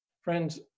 Friends